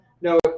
no